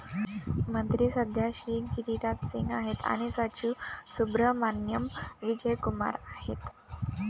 मंत्री सध्या श्री गिरिराज सिंग आहेत आणि सचिव सुब्रहमान्याम विजय कुमार आहेत